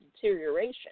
deterioration